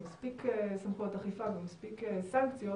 עם מספיק סמכויות אכיפה ומספיק סנקציות